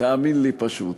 תאמין לי, פשוט.